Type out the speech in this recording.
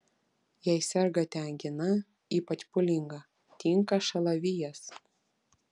jei sergate angina ypač pūlinga tinka šalavijas